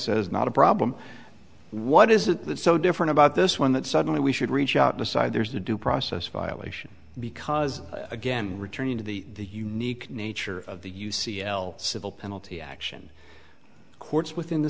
says not a problem what is it that so different about this one that suddenly we should reach out decide there's a due process violation because again returning to the unique nature of the u c l civil penalty action courts within the